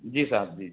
जी साहब जी